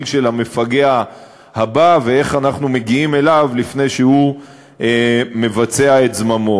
של המפגע הבא ואיך אנחנו מגיעים אליו לפני שהוא מבצע את זממו.